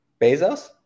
Bezos